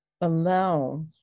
allow